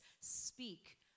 speak